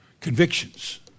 Convictions